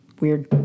weird